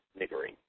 niggering